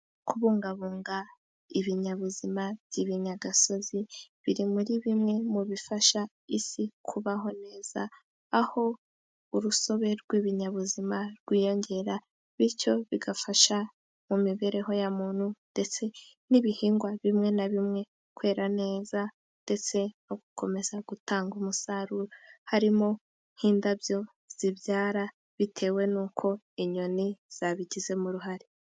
Kubungabunga ibinyabuzima by'ibinyagasozi, biri muri bimwe mu bifasha isi kubaho neza, aho urusobe rw'ibinyabuzima rwiyongera, bityo bigafasha mu mibereho ya muntu ndetse n'ibihingwa bimwe na bimwe, kwera neza ndetse no gukomeza gutanga umusaruro, harimo nk'indabyo zibyara bitewe n'uko, inyoni zabigizemo uruhare.